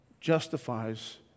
justifies